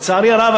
לצערי הרב,